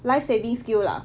life saving skill lah